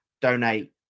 donate